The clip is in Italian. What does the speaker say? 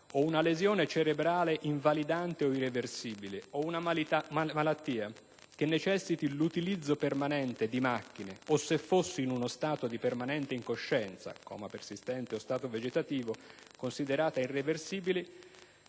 o una lesione cerebrale invalidante e irreversibile o una malattia che necessiti l'utilizzo permanente di macchine o se fossi in uno stato di permanente incoscienza (coma o persistente stato vegetativo) considerata irreversibile